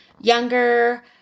younger